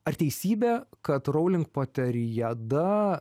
ar teisybė kad rowling poteriada